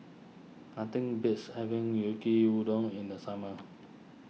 nothing beats having Yu Kee Udon in the summer